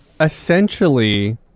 essentially